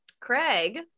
Craig